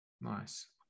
Nice